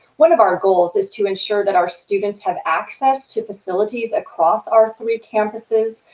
one of our goals is to ensure that our students have access to facilities across our three campuses,